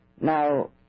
Now